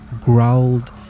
growled